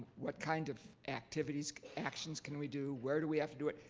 what kind of activities, actions can we do? where do we have to do it?